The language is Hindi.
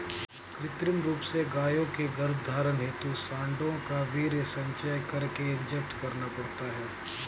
कृत्रिम रूप से गायों के गर्भधारण हेतु साँडों का वीर्य संचय करके इंजेक्ट करना पड़ता है